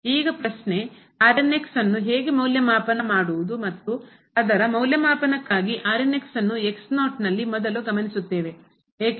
ಈಗ ಪ್ರಶ್ನೆ ಅನ್ನು ಹೇಗೆ ಮೌಲ್ಯಮಾಪನ ಮಾಡುವುದು ಮತ್ತು ಅದರ ಮೌಲ್ಯಮಾಪನಕ್ಕಾಗಿ ನಲ್ಲಿ ಮೊದಲು ಗಮನಿಸುತ್ತೇವೆ ಏಕೆಂದರೆ ಅದು